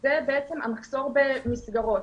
זה המחסור במסגרות.